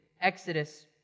Exodus